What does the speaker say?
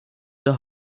der